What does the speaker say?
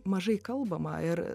mažai kalbama ir